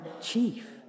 chief